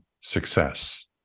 success